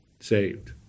saved